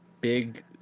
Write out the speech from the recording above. big